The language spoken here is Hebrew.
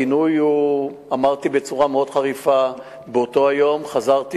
אמרתי בצורה מאוד חריפה באותו היום וחזרתי